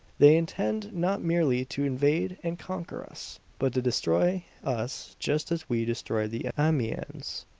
they intend not merely to invade and conquer us, but to destroy us just as we destroyed the ammians!